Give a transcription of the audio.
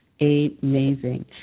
Amazing